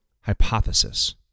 hypothesis